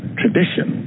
tradition